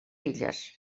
illes